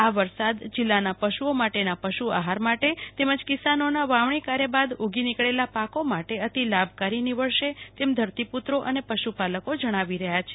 આ વરસાદ જિલ્લાના પશુ ઓ માટેના પશુ આફાર માટે તેમજ કિસાનોના વાવણકાર્ય બાદ ઉગ્રી નીકળેલા પાકો મોટે અતિલાભકારી નીવડશે તેમ ધરતીપુત્રો અને પશુ પાલકો જણાવી સ્વા છે